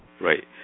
Right